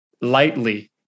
lightly